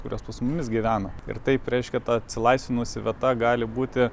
kurios pas mumis gyvena ir taip reiškia ta atsilaisvinusi vieta gali būti